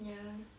ya